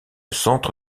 centre